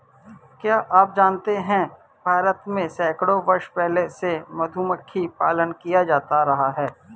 क्या आप जानते है भारत में सैकड़ों वर्ष पहले से मधुमक्खी पालन किया जाता रहा है?